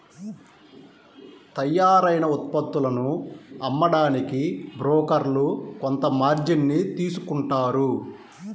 తయ్యారైన ఉత్పత్తులను అమ్మడానికి బోకర్లు కొంత మార్జిన్ ని తీసుకుంటారు